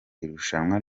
irushanwa